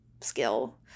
skill